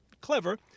clever